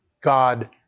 God